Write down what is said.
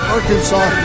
Arkansas